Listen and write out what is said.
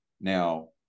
now